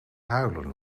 huilen